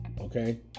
okay